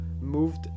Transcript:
moved